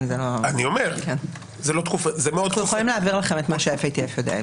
אנחנו יכולים להעביר לכם את מה שה- FATFיודע.